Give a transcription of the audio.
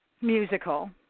musical